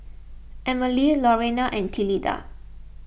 Emily Lorrayne and Tilda